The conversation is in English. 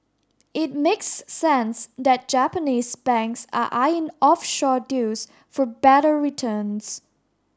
it makes sense that Japanese banks are eyeing offshore deals for better returns